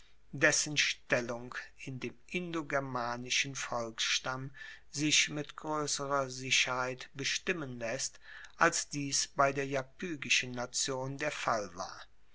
dessen stellung in dem indogermanischen volksstamm sich mit groesserer sicherheit bestimmen laesst als dies bei der iapygischen nation der fall war